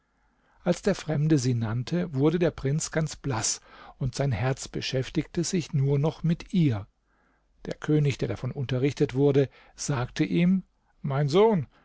als der fremde sie nannte wurde der prinz ganz blaß und sein herz beschäftigte sich nur noch mit ihr der könig der davon unterrichtet wurde sagte ihm mein sohn